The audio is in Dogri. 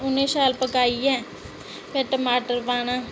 उ'नेंगी शैल पकाइयै फिर टमाटर पाना